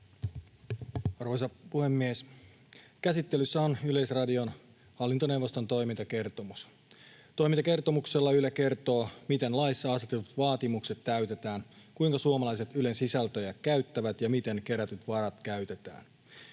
Arvoisa puhemies! Käsittelyssä on Yleisradion hallintoneuvoston toimintakertomus. Toimintakertomuksella Yle kertoo, miten laissa asetetut vaatimukset täytetään, kuinka suomalaiset Ylen sisältöjä käyttävät ja miten kerätyt varat käytetään.